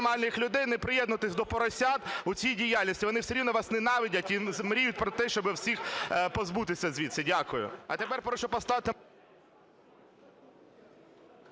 нормальних людей не приєднуватись до "поросят" у цій діяльності, вони все рівно вас ненавидять і мріють про те, щоб всіх позбутися звідси. Дякую.